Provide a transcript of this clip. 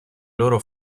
loro